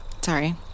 Sorry